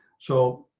so